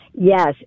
Yes